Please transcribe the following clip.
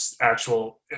actual